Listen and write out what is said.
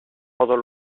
pendant